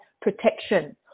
protection